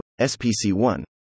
SPC1